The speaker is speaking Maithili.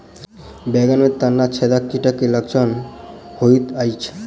बैंगन मे तना छेदक कीटक की लक्षण होइत अछि?